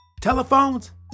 telephones